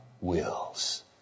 Wills